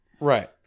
Right